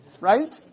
right